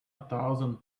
thousand